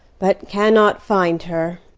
but cannot find her.